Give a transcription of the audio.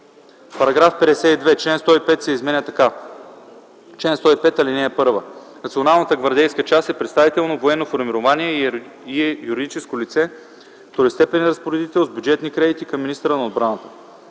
така: „Чл. 105. (1) Националната гвардейска част е представително военно формирование и е юридическо лице – второстепенен разпоредител с бюджетни кредити към министъра на отбраната.